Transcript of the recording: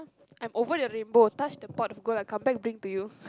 I'm over the rainbow touch the pot of gold I come back bring to you